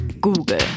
Google